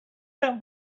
that